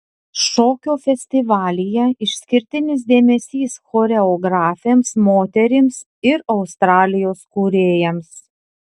šokio festivalyje išskirtinis dėmesys choreografėms moterims ir australijos kūrėjams